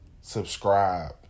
subscribe